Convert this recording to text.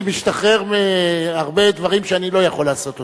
משתחרר מהרבה דברים שאני לא יכול לעשות אותם.